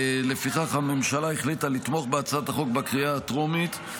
לפיכך הממשלה החליטה לתמוך בהצעת החוק בקריאה הטרומית.